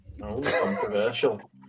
controversial